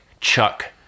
Chuck